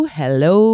hello